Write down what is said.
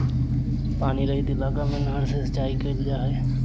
पानी रहित इलाका में नहर से सिंचाई कईल जा हइ